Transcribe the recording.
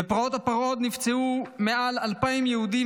בפרעות הפַּרְהוֹד נפצעו מעל 2,000 יהודים.